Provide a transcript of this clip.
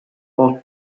ooo